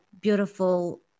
beautiful